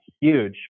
huge